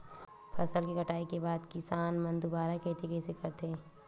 फसल के कटाई के बाद किसान मन दुबारा खेती कइसे करथे?